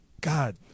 God